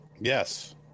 Yes